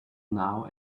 now